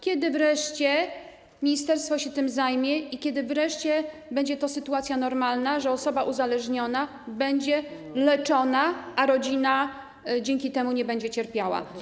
Kiedy wreszcie ministerstwo się tym zajmie i kiedy wreszcie będzie to sytuacja normalna, kiedy osoba uzależniona będzie leczona, a rodzina dzięki temu nie będzie cierpiała?